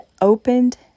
opened